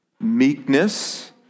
meekness